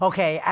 Okay